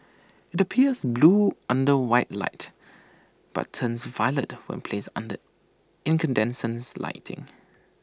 IT appears blue under white light but turns violet when placed under incandescent lighting